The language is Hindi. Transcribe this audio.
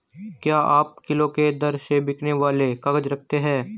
क्या आप किलो के दर से बिकने वाले काग़ज़ रखते हैं?